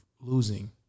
losing